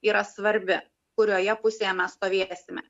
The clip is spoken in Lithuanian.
yra svarbi kurioje pusėje mes stovėsime